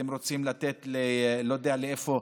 אתם רוצים לתת, לא יודע לאיפה?